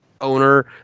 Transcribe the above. owner